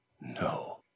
No